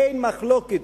אין מחלוקת,